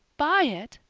buy it!